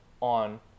on